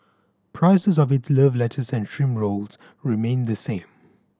prices of its love letters and shrimp rolls remain the same